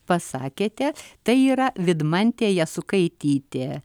pasakėte tai yra vidmantė jasukaitytė